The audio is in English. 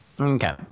Okay